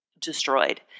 destroyed